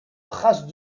traces